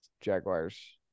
Jaguars